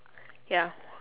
ya